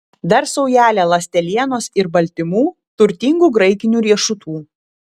dar saujelę ląstelienos ir baltymų turtingų graikinių riešutų